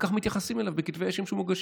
וכך מתייחסים אליו בכתבי האישום שמוגשים.